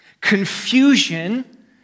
Confusion